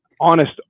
honest